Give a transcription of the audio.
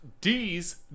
D's